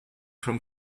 from